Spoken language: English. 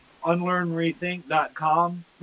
unlearnrethink.com